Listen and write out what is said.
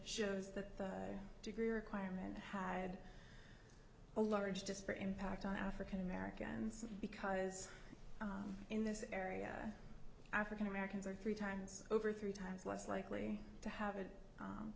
shows that the degree requirement had a large just for impact on african americans because in this area african americans are three times over three times less likely to have